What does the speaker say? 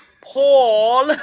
Paul